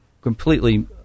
completely